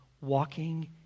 walking